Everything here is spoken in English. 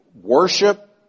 worship